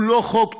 הוא לא חוק צודק,